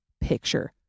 picture